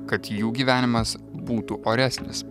kad jų gyvenimas būtų oresnis